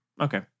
okay